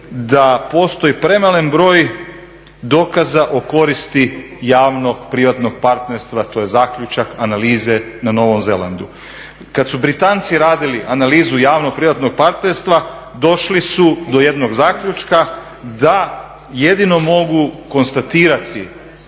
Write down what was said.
da postoji premalen broj dokaza o koristi javno privatnog partnerstva. To je zaključak analize na Novom Zelandu. Kad su Britanci radili analizu javno privatnog partnerstva došli su do jednog zaključka, da jedino mogu konstatirati